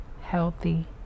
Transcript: healthy